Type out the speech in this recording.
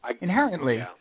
inherently